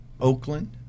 Oakland